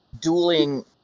dueling